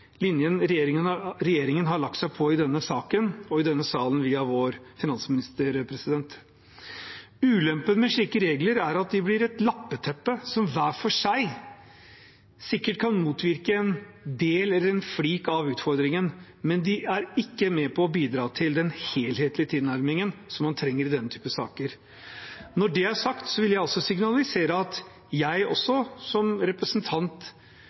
linjen regjeringen har lagt seg på i denne saken og i denne salen via vår finansminister. Ulempen med slike regler er at de blir et lappeteppe som hver for seg sikkert kan motvirke en del, eller en flik, av utfordringen, men de er ikke med på å bidra til den helhetlige tilnærmingen som man trenger i denne type saker. Når det er sagt, vil jeg signalisere at jeg også, som representant